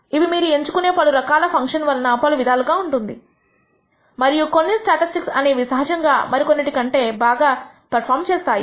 ఇవి మీరు ఎంచుకునే పలు రకాల ఫంక్షన్ వలన పలు విధాలుగా ఉంటుంది మరియు కొన్ని స్టాటిస్టిక్ అనేవి సహజంగా మరికొన్నింటి కన్నా బాగా పెర్ఫార్మ్ చేస్తాయి